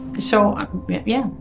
so yeah,